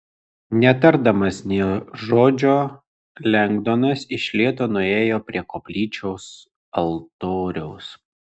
netardamas nė žodžio lengdonas iš lėto nuėjo prie koplyčios altoriaus